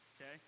Okay